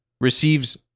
receives